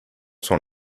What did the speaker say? sont